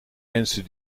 mensen